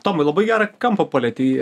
tomai labai gerą kampą palietei